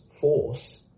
force